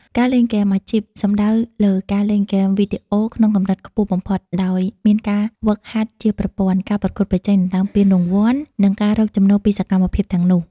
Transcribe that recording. ការលេងហ្គេមអាជីព សំដៅលើការលេងហ្គេមវីដេអូក្នុងកម្រិតខ្ពស់បំផុត ដោយមានការហ្វឹកហាត់ជាប្រព័ន្ធ ការប្រកួតប្រជែងដណ្តើមពានរង្វាន់ និងការរកចំណូលពីសកម្មភាពទាំងនោះ។